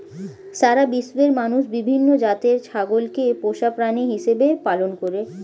সারা বিশ্বের মানুষ বিভিন্ন জাতের ছাগলকে পোষা প্রাণী হিসেবে পালন করে